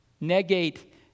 negate